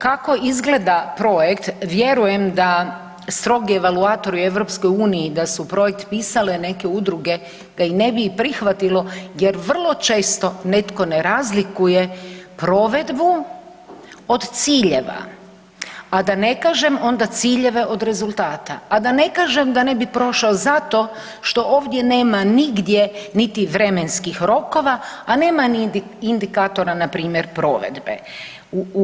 Kako izgleda projekt vjerujem da strogi evaluatori u EU da su projekt pisale neke udruge ga i ne bi prihvatilo jer vrlo često netko ne razlikuje provedbu od ciljeva, a da ne kažem ciljeve od rezultata, a da ne kažem da ne bi prošao zato što ovdje nema nigdje niti vremenskih rokova, a nema ni indikatora npr. provedbe.